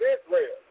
Israel